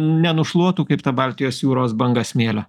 nenušluotų kaip ta baltijos jūros banga smėlio